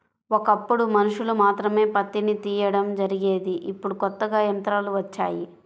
ఒకప్పుడు మనుషులు మాత్రమే పత్తిని తీయడం జరిగేది ఇప్పుడు కొత్తగా యంత్రాలు వచ్చాయి